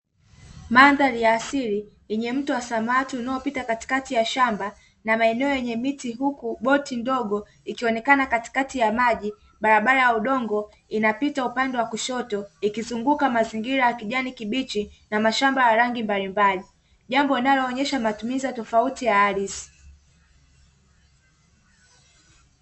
Mandhari ya asili yenye mto wa samaki unaopita katikati ya shamba na maeneo yenye miti, huku boti ndogo ikionekana katikati ya maji. Barabara ya udongo inapita upande wa kushoto ikizunguka mazingira ya kijani kibichi na mashamba ya rangi mbalimbali, jambo linaloonyesha matumizi ya tofauti ya ardhi.